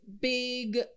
big